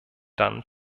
dann